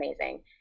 amazing